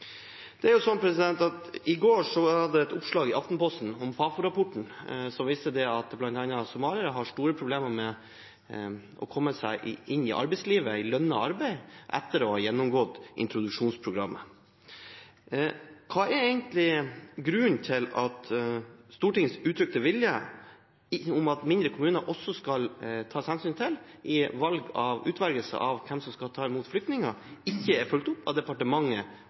I forgårs var det et oppslag i Aftenposten om Fafo-rapporten som bl.a. viste til at somaliere har store problemer med å komme seg inn i arbeidslivet, i lønnet arbeid, etter å ha gjennomgått introduksjonsprogrammet. Hva er egentlig grunnen til at Stortingets uttrykte vilje om at også mindre kommuner skal tas hensyn til i utvelgelsen av hvem som skal ta imot flyktninger, ikke er fulgt opp av departementet